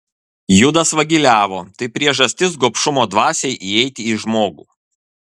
judas vagiliavo tai priežastis gobšumo dvasiai įeiti į žmogų